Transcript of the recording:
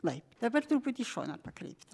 laiptų dabar truputį į šoną pakreipta